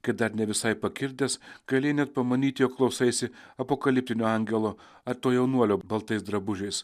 kad dar ne visai pakirdęs galėjai net pamanyti jog klausaisi apokaliptinio angelo ar to jaunuolio baltais drabužiais